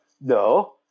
no